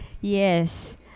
yes